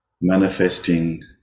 manifesting